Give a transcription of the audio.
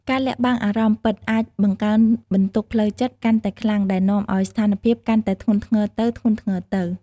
ការលាក់បាំងអារម្មណ៍ពិតអាចបង្កើនបន្ទុកផ្លូវចិត្តកាន់តែខ្លាំងដែលនាំឱ្យស្ថានភាពកាន់តែធ្ងន់ធ្ងរទៅៗ។